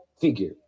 figure